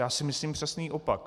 Já si myslím přesný opak.